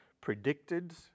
predicted